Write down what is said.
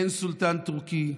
אין סולטן טורקי.